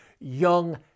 Young